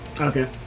Okay